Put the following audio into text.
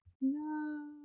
No